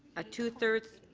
a two-thirds